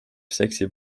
seksi